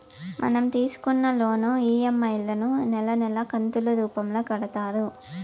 మనం తీసుకున్న loan EMI లను నెలా నెలా కంతులు రూపంలో కడతారు